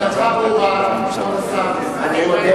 אני מודה